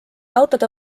autode